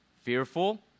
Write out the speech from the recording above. Fearful